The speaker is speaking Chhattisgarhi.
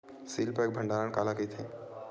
सील पैक भंडारण काला कइथे?